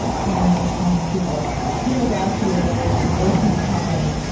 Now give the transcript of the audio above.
ah calling calling people about the steele dossier or calling,